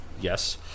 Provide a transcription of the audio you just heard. Yes